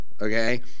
okay